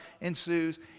ensues